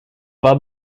war